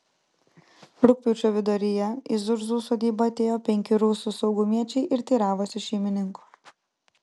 rugpjūčio viduryje į zurzų sodybą atėjo penki rusų saugumiečiai ir teiravosi šeimininko